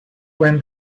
when